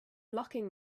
locking